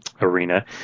arena